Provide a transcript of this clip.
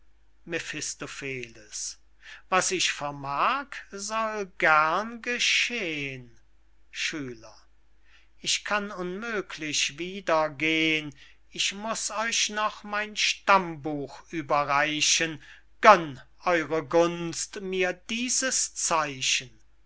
was ich vermag soll gern geschehn schüler ich kann unmöglich wieder gehn ich muß euch noch mein stammbuch überreichen gönn eure gunst mir dieses zeichen